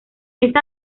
esta